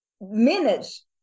minutes